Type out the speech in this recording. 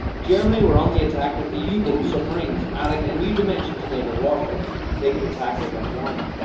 germany were on the attack with the yeah u-boat submarines adding a new dimension to naval warfare they could attack without warning!